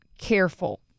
careful